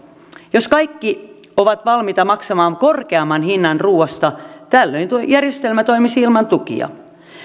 jos kaikki ovat valmiita maksamaan korkeamman hinnan ruuasta tällöin järjestelmä toimisi ilman tukia